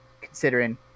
considering